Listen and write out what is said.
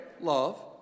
love